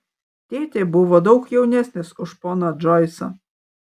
tėtė buvo daug jaunesnis už poną džoisą